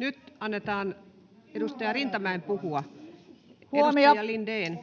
Lindén: Annatte väärää tietoa! — Hälinää